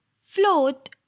float